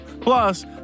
Plus